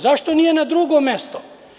Zašto nije na drugom mestu?